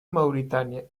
mauritania